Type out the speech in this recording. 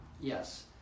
Yes